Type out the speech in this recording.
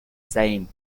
same